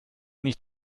nicht